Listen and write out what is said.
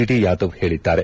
D Yadav ಹೇಳಿದ್ದಾರೆ